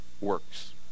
works